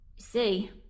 see